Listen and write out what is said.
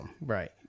Right